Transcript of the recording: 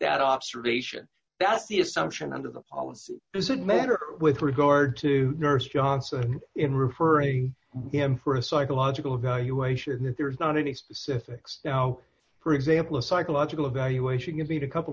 that observation that's the assumption under the policy does it matter with regard to nurse johnson in referring him for a psychological evaluation that there's not any specifics you know for example a psychological evaluation can be a couple